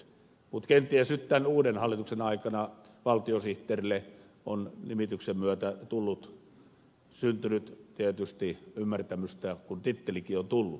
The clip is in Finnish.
mutta kenties nyt tämän uuden hallituksen aikana valtiosihteerille on nimityksen myötä tullut syntynyt tietysti ymmärtämystä kun tittelikin on tullut